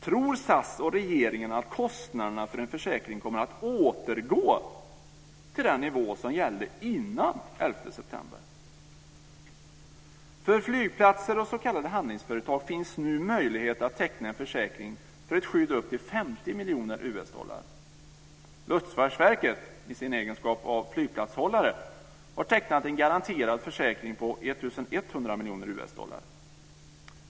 Tror SAS och regeringen att kostnaderna för en försäkring kommer att återgå till den nivå som gällde före 11 september? För flygplatser och s.k. handlingsföretag finns nu möjlighet att teckna en försäkring för ett skydd upp till 50 miljoner US-dollar. Luftfartsverket, i sin egenskap av flygplatshållare, har tecknat en garanterad försäkring på 1 100 miljoner US-dollar.